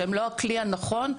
שהם לא הכלי הנכון,